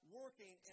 working